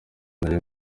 nari